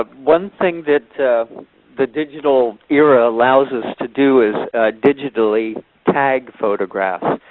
ah one thing that the digital era allows us to do is digitally photographs,